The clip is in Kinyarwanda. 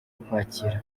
ukwakira